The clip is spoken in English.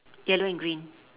yellow and green